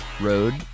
Road